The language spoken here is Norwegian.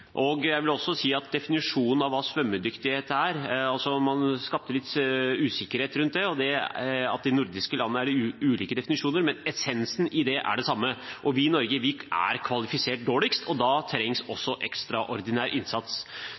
definisjonen av hva svømmedyktighet er, så skapte man litt usikkerhet rundt det at de ulike nordiske land har ulike definisjoner – men essensen i det er det samme. Vi i Norge er dårligst kvalifisert, og da trengs det også ekstraordinær innsats.